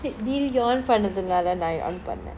தீதி :didi yawn பணத்துனால நான் :panathunaala naan yawn பண்ணன் :pannan